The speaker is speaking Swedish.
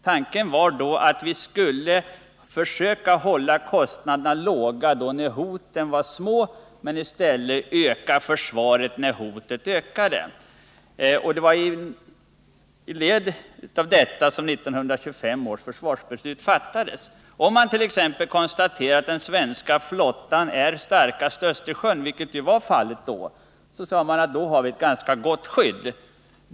Tanken var att vi skulle försöka hålla kostnaderna låga när hotet var litet men i stället öka försvaret när hotet ökade. Det var i linje med detta som 1925 års försvarsbeslut fattades. Om man t.ex. konstaterade att den svenska flottan var starkast i Östersjön, vilket var fallet då, ansåg man sig ha ett ganska gott skydd.